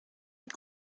mit